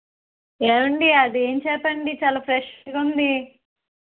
ఏవండీ అది ఏం చేప అండి చాలా ఫ్రెష్గా ఉంది